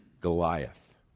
Goliath